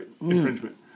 infringement